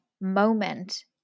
moment